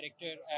director